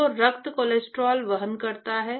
तो रक्त कोलेस्ट्रॉल वहन करता है